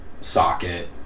socket